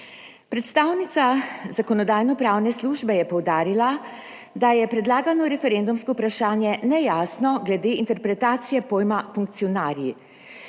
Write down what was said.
Predstavnica Zakonodajno-pravne službe je poudarila, da je predlagano referendumsko vprašanje nejasno glede interpretacije pojma funkcionarji